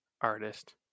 artist